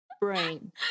brain